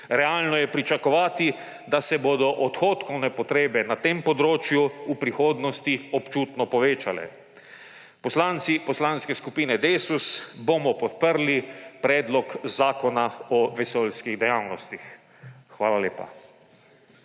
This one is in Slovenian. Realno je pričakovati, da se bodo odhodkovne potrebe na tem področju v prihodnosti občutno povečale. Poslanci Poslanske skupine Desus bomo podprli Predlog zakona o vesoljskih dejavnostih. Hvala lepa.